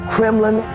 Kremlin